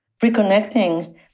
reconnecting